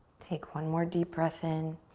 take one more deep breath in.